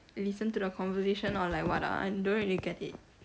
listen to the conversation or like what ah I don't really get it